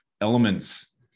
elements